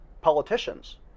politicians